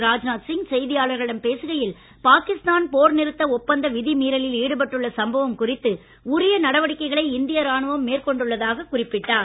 ராஜ்நாத் சிங் செய்தியாளர்களிடம் பேசுகையில் பாகிஸ்தான் போர் நிறுத்த ஒப்பந்த விதி மீறிலில் ஈடுபட்டுள்ள சம்பவம் குறித்து உரிய நடவடிக்கைகளை இந்திய ராணுவம் மேற்கொண்டுள்ளதாக குறிப்பிட்டார்